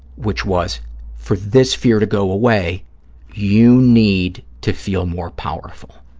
which was for this fear to go away you need to feel more powerful.